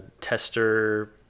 tester